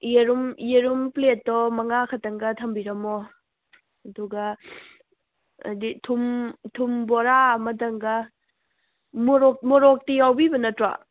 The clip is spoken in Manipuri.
ꯌꯦꯔꯨꯝ ꯌꯦꯔꯨꯝ ꯄ꯭ꯂꯦꯠꯇꯣ ꯃꯉꯥ ꯈꯛꯇꯪꯒ ꯊꯝꯕꯤꯔꯝꯃꯣ ꯑꯗꯨꯒ ꯍꯥꯏꯗꯤ ꯊꯨꯝ ꯊꯨꯝ ꯕꯣꯔꯥ ꯑꯃꯇꯪꯒ ꯃꯣꯔꯣꯛ ꯃꯣꯔꯣꯛꯇꯤ ꯌꯥꯎꯕꯤꯕ ꯅꯠꯇ꯭ꯔꯣ